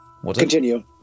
continue